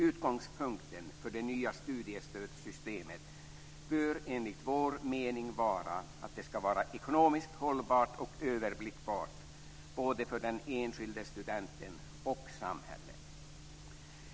Utgångspunkten för det nya studiestödssystemet bör enligt vår mening vara att det ska vara ekonomiskt hållbart och överblickbart både för den enskilde studenten och för samhället.